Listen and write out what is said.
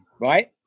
right